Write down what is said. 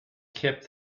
kept